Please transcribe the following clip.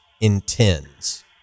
intends